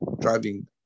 driving